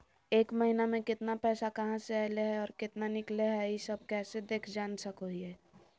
एक महीना में केतना पैसा कहा से अयले है और केतना निकले हैं, ई सब कैसे देख जान सको हियय?